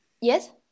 yes